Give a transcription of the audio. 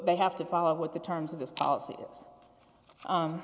they have to follow what the terms of this policy